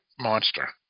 monster